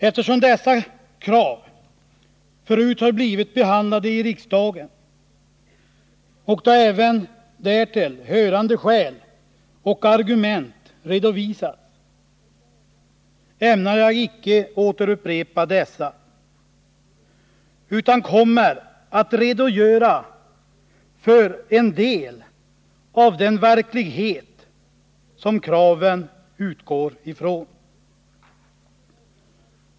Eftersom dessa krav förut har blivit behandlade i riksdagen, och då även därtill hörande skäl och argument redovisats, ämnar jag icke upprepa dessa utan kommer att redogöra för en del av den verklighet som kraven utgår ifrån.